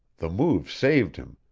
the move saved him,